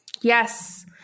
Yes